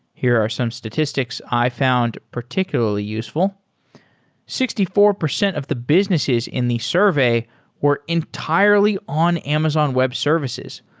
here are some statistics i found particularly useful sixty four percent of the businesses in the survey were entirely on amazon web services,